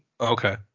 Okay